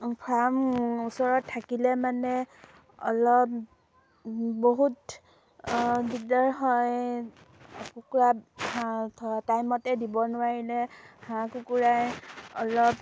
farm ওচৰত থাকিলে মানে অলপ বহুত দিগদাৰ হয় কুকুৰা টাইমমতে দিব নোৱাৰিলে হাঁহ কুকুৰাই অলপ